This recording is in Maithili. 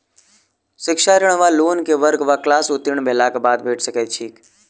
शिक्षा ऋण वा लोन केँ वर्ग वा क्लास उत्तीर्ण भेलाक बाद भेट सकैत छी?